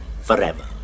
Forever